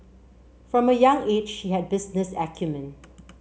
from a young age she had business acumen